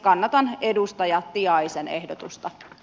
kannatan edustaja tiaisen ehdotusta